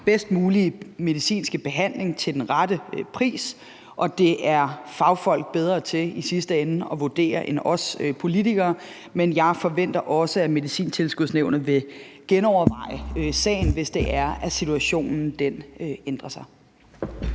bedst mulige medicinske behandling til den rette pris, og det er fagfolk i sidste ende bedre til at vurdere end os politikere. Men jeg forventer også, at Medicintilskudsnævnet vil genoverveje sagen, hvis situationen ændrer sig.